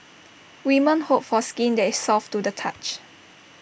women hope for skin that is soft to the touch